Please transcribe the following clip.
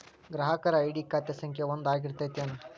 ಗ್ರಾಹಕರ ಐ.ಡಿ ಖಾತೆ ಸಂಖ್ಯೆ ಒಂದ ಆಗಿರ್ತತಿ ಏನ